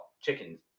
chickens